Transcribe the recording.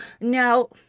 No